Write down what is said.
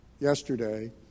yesterday